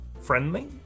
friendly